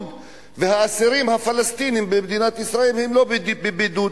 והאסירים הפלסטינים במדינת ישראל הם לא בבידוד.